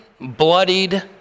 bloodied